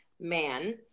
man